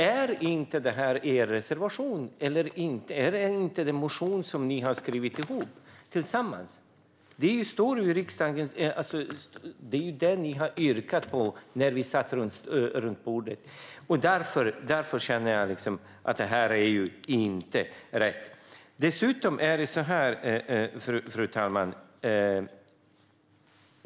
Är inte detta den motion som ni i Alliansen har skrivit tillsammans? Det var det ni yrkade på när vi satt runt bordet i utskottet. Därför känner jag att detta inte är rätt. Fru talman!